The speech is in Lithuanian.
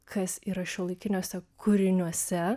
kas yra šiuolaikiniuose kūriniuose